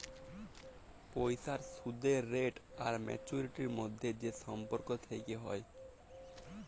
পইসার সুদের রেট আর ম্যাচুয়ারিটির ম্যধে যে সম্পর্ক থ্যাকে হ্যয়